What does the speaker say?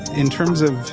in terms of